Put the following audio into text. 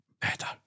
better